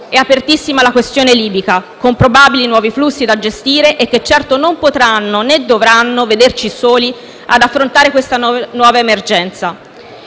È apertissima la questione libica, con probabili nuovi flussi da gestire, che certo non potranno, né dovranno vederci soli ad affrontare questa nuova emergenza.